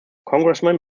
congressman